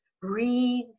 breathe